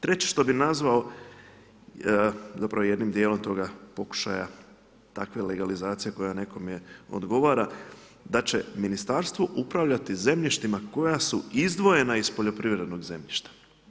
Treće što bi nazvao zapravo jednim djelom toga pokušaja takve legalizacije koja nekome odgovara da će ministarstvo upravljati zemljištima koja su izdvojena iz poljoprivrednog zemljišta.